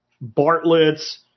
Bartlett's